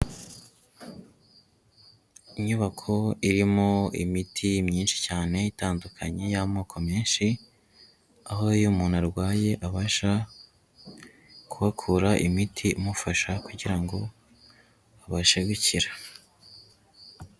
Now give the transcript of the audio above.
Inyubako irimo imiti myinshi cyane itandukanye y'amoko menshi, aho iyo umuntu arwaye abasha kuhakura imiti imufasha kugira ngo abashe gukira.